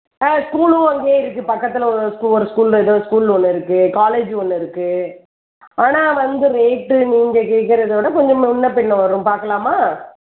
ஆ ஸ்கூலும் அங்கேயே இருக்குது பக்கத்தில் ஒரு ஸ்கூ ஒரு ஸ்கூல் ஏதோ ஸ்கூல் ஒன்று இருக்குது காலேஜு ஒன்று இருக்குது ஆனால் வந்து ரேட்டு நீங்கள் கேட்கறதோட கொஞ்சம் முன்னேப் பின்னே வரும் பார்க்கலாமா